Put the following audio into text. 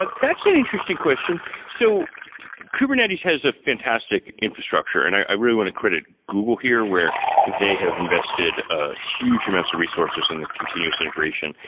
but that's an interesting question. so kubernetes has a fantastic infrastructure and i really want to credit google here where they have invested ah huge amounts of resources in the continuous integration,